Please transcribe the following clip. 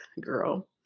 girl